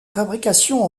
fabrication